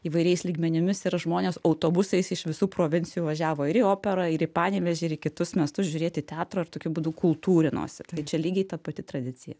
įvairiais lygmenimis ir žmonės autobusais iš visų provincijų važiavo ir į operą ir į panevėžį kitus miestus žiūrėti teatro ir tokiu būdu kultūrinosi tai čia lygiai ta pati tradicija